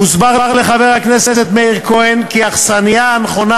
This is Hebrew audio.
הוסבר לחבר הכנסת מאיר כהן כי האכסניה הנכונה